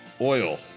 Oil